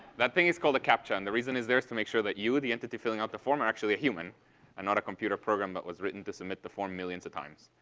that thing is called a captcha, and the reason it's there is to make sure that you, the entity filling out the form, are actually a human and not a computer program that was written to submit the form millions of times.